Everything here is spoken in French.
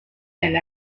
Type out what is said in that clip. elle